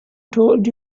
told